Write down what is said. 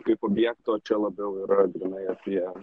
kaip objekto čia labiau yra grynai apie